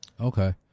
Okay